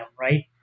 Right